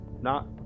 Not-